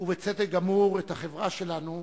ובצדק גמור, את החברה שלנו: